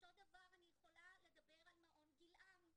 אותו דבר אני יכולה לומר על מעון 'גילעם'.